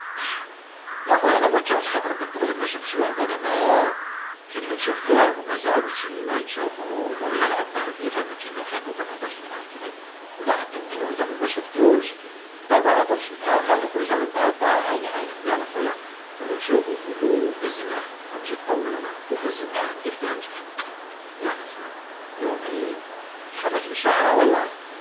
يا خويا أنا ما كانش خطره درت روحي ما شفتش واحد، أنا ما كي نعود شفتو هاك وما يساعدنيش نشوفو يروح يلعب بعد، يفهمها كيما يحب وما نهدرش معاه ولا حتى ندير روحي زعما ما شفتوش باه منهدرش معاه، ها نخرجهالو طاي طاي عيني عينك قال آ خويا نشوفو نقولو دز معاه امشي تقود على روحك، تا دز معاه دير فيها واش تحب يا حسراه يحركلي شعره ولا.